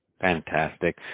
Fantastic